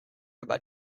about